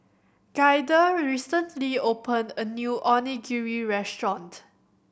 Gaither recently opened a new Onigiri Restaurant